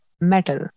Metal